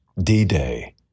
D-Day